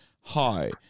hi